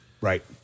right